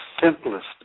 simplest